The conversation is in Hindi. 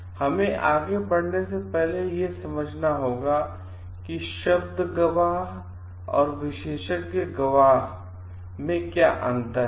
हमें आगे बढ़ने से पहले यह समझना होगा कि शब्द गवाह और विशेषज्ञ गवाहइस में क्या अंतर है